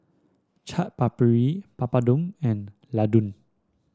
Chaat Papri Papadum and Ladoo